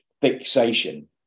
fixation